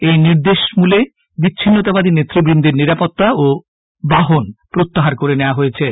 এই নির্দেশমূলে বিচ্ছিন্নতাবাদী নেতৃবৃন্দের নিরাপত্তা ও বাহন প্রত্যাহার করে নেওয়া হয়